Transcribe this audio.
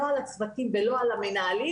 לא על הצוותים ולא על המנהלים,